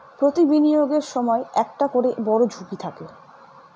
প্রতি বিনিয়োগের সময় একটা করে বড়ো ঝুঁকি থাকে